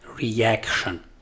reaction